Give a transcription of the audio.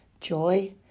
joy